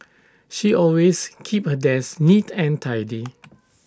she always keeps her desk neat and tidy